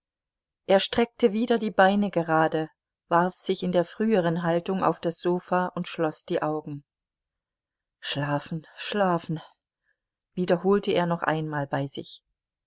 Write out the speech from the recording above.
er streckte wieder die beine gerade warf sich in der früheren haltung auf das sofa und schloß die augen schlafen schlafen wiederholte er noch einmal bei sich